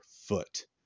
foot